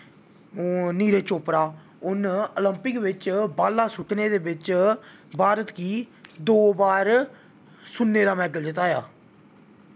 नीरज चोपड़ा उन्न ओलंपिक बिच्च बाल्ला सुट्टने दे बिच्च भारत गी दो बार सुन्ने दा मैडल जताया